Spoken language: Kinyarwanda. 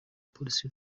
polisi